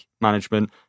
management